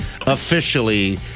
officially